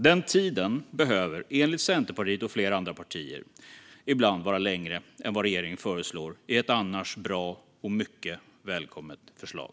Den tiden behöver, enligt Centerpartiet och flera andra partier, ibland vara längre än vad regeringen föreslår i ett annars bra och mycket välkommet förslag.